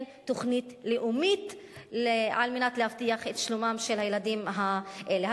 תוכנית לאומית על מנת להבטיח את שלומם של הילדים האלה.